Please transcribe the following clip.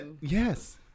yes